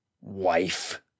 wife